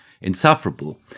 insufferable